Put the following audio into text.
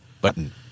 button